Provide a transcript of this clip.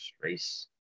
race